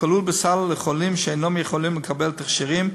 כלול בסל לחולים שאינם יכולים לקבל תכשירים